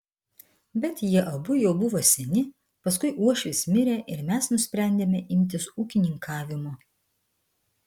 bet jie abu jau buvo seni paskui uošvis mirė ir mes nusprendėme imtis ūkininkavimo